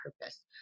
purpose